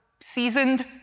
seasoned